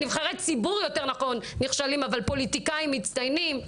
לנבחרי ציבור נכשלים אבל לפוליטיקאים מצטיינים,